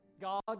God